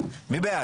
(היו"ר חנוך דב מלביצקי) מי בעד?